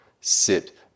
sit